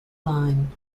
line